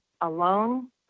alone